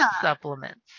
supplements